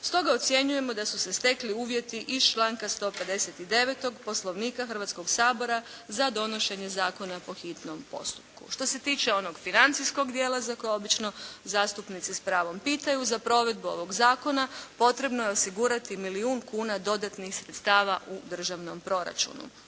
Stoga ocjenjujemo da su se stekli uvjeti iz članka 159. Poslovnika Hrvatskoga sabora za donošenje zakona po hitnom postupku. Što se tiče onog financijskog dijela, za koje zastupnici obično s pravom pitaju, za provedbu ovog zakona potrebno je osigurati milijun kuna dodatnih sredstava u državnom proračunu.